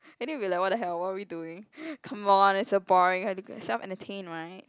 I think we are like !what the hell! what are we doing come on it's so boring have to self entertain [right]